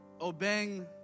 obeying